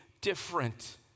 different